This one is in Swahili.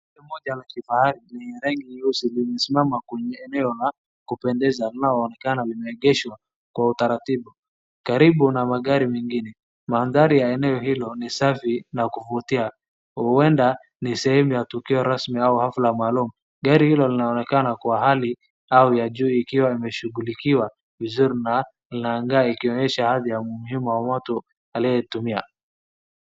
Gari moja la kifahari lenye rangi nyeusi limesimama kwenye eneo la kupendeza linaloonekana limeegeshwa kwa utaratibu karibu na magari mengine. Mandhari ya eneo hilo ni safi na kuvutia. Huenda ni sehemu ya tukio rasmi au hafla maalum. Gari hilo linaonekana kwa hali au la juu likiwa limeshughulikiwa vizuri na langa ikionyesha hali ya mzima wa moto aliyeitumia.